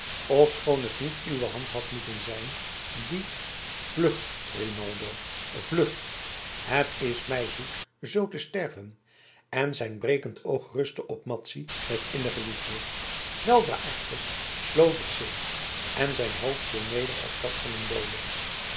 ofschoon het niet uwe hand had moeten zijn die vlucht rinaldino vlucht het is mij zoet zoo te sterven en zijn brekend oog rustte op madzy met innige liefde weldra echter sloot het zich en zijn hoofd viel neder als dat eens dooden